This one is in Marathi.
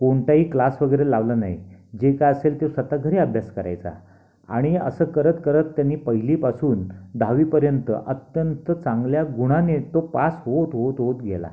कोणताही क्लास वगैरे लावला नाही जे काय असेल ते स्वत घरी अभ्यास करायचा आणि असं करत करत त्यांनी पहिलीपासून दहावीपर्यंत अत्यंत चांगल्या गुणाने तो पास होत होत होत गेला